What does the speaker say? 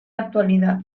actualidad